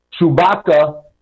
Chewbacca